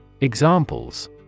Examples